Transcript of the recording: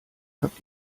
habt